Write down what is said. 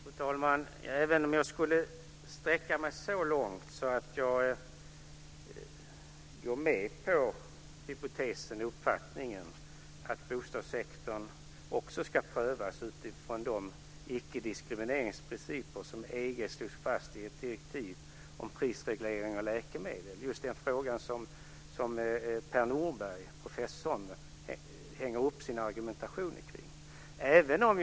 Fru talman! Jag vet inte jag skulle sträcka mig så långt att jag instämmer i uppfattningen att också bostadssektorn ska prövas utifrån de ickediskrimingsprinciper som EG slog fast i ett direktiv om prisreglering av läkemedel - just det som professor Per Norberg hänger upp sin argumentation på.